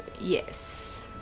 Yes